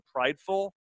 prideful